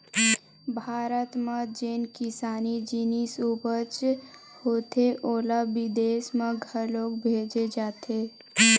भारत म जेन किसानी जिनिस उपज होथे ओला बिदेस म घलोक भेजे जाथे